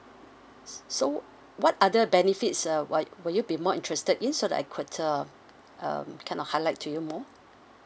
s~ so what other benefits uh wou~ would you be more interested in so that I could uh um kind of highlight to you more